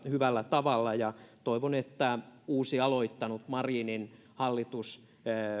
hyvällä tavalla ja toivon että aloittanut uusi marinin hallitus